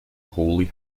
holy